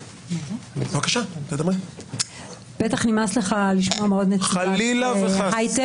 בטח נמאס לך לשמוע את אנשי ההיי-טק.